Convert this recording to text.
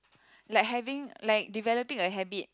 like having like developing a habit